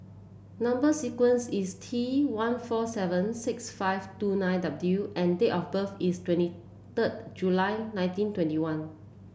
number sequence is T one four seven six five two nine W and date of birth is twenty third July nineteen twenty one